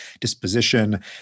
disposition